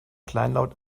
kleinlaut